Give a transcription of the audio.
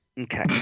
Okay